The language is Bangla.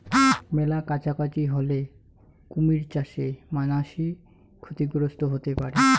মেলা কাছাকাছি হলে কুমির চাষে মানাসি ক্ষতিগ্রস্ত হতে পারে